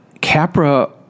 Capra